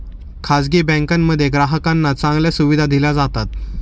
खासगी बँकांमध्ये ग्राहकांना चांगल्या सुविधा दिल्या जातात